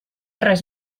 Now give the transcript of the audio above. res